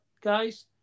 guys